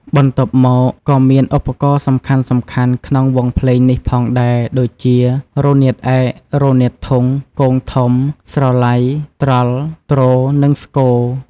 បន្ទាប់មក ក៏មានឧបករណ៍សំខាន់ៗក្នុងវង់ភ្លេងនេះផងដែរដូចជា រនាតឯក រនាតធុង គងធំ ស្រឡៃ ត្រល់ ទ្រ និងស្គរ។